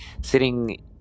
sitting